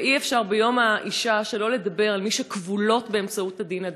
ואי-אפשר ביום האישה שלא לדבר על מי שכבולות באמצעות הדין הדתי.